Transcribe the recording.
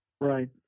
right